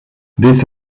this